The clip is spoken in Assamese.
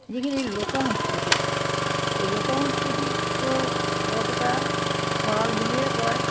যিখিনি লোক সংস্কৃতি এই লোক সংস্কৃতিকো বৰপেটাৰ ভঁৰাল বুলিয়ে কয়